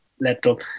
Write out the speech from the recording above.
laptop